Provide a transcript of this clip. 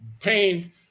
Pain